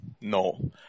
No